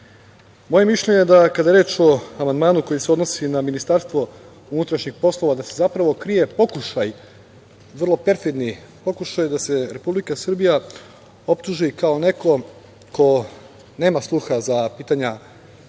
mišljenje je da kada je reč o amandmanu koji se odnosi na Ministarstvo unutrašnjih poslova, da se zapravo krije pokušaj, vrlo perfidni pokušaj, da se Republika Srbija optuži kao neko ko nema sluha za pitanja osoba